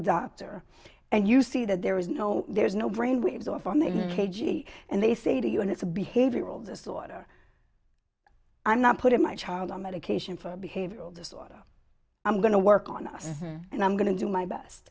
a doctor and you see that there is no there's no brain waves off on the k g b and they say to you and it's a behavioral disorder i'm not putting my child on medication for behavioral disorder i'm going to work on us and i'm going to do my best